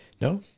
No